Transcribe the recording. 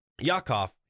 Yakov